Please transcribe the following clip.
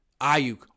Ayuk